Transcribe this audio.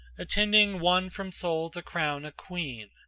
attending one from sole to crown a queen,